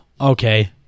okay